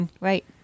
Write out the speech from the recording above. Right